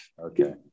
Okay